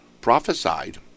prophesied